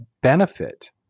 benefit